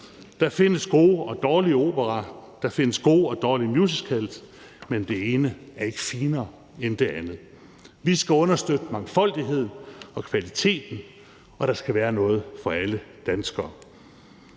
Der findes gode og dårlige operaer, og der findes gode og dårlige musicals, men det ene er ikke finere end det andet. Vi skal understøtte mangfoldigheden og kvaliteten, og der skal være noget for alle danskere.